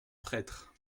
prêtre